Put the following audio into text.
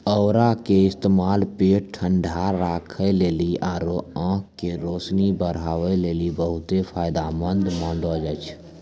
औरा के इस्तेमाल पेट ठंडा राखै लेली आरु आंख के रोशनी बढ़ाबै लेली बहुते फायदामंद मानलो जाय छै